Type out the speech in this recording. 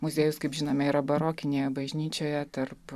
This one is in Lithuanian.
muziejus kaip žinome yra barokinėje bažnyčioje tarp